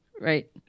right